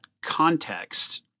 context